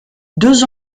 deux